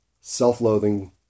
self-loathing